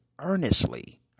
earnestly